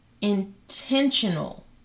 intentional